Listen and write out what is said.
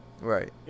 Right